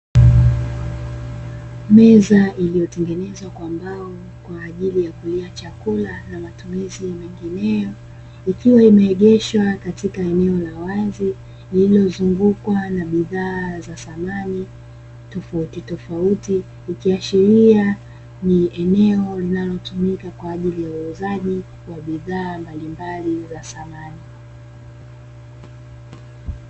Meza iliyotengenezwa kwa mbao kwa ajili ya kulia chakula na matumizi mengineyo, ikiwa imeegeshwa katika eneo la wazi lililozungukwa na bidhaa za samani tofauti tofauti, ikiashiria kuwa ni eneo linalotumika kwa ajili ya uuzaji wa bidhaa mbalimbali za samani.